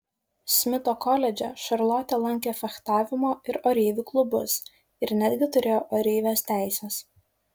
smito koledže šarlotė lankė fechtavimo ir oreivių klubus ir netgi turėjo oreivės teises